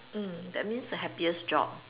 mm that means the happiest job